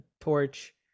torch